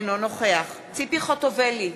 אינו נוכח ציפי חוטובלי,